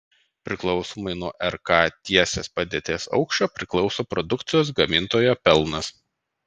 priklausomai nuo rk tiesės padėties aukščio priklauso produkcijos gamintojo pelnas